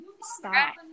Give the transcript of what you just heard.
Stop